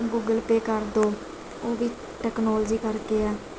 Google Pay ਕਰ ਦਿਓ ਉਹ ਵੀ ਟੈਕਨੋਲੋਜੀ ਕਰਕੇ ਆ